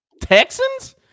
Texans